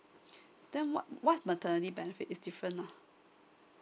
then what what's maternity benefit is different lah